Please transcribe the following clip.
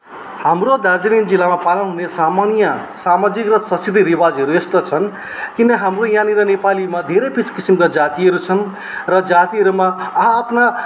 हाम्रो दार्जिलिङ जिल्लामा पालन हुने सामान्य सामाजिक र सांस्कृतिक रिवाजहरू यस्तो छन् किन हाम्रो यहाँनिर नेपालीमा धेरै किसिमका जातिहरू छन् र जातिहरूमा आ आफ्ना